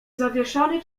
zawieszony